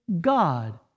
God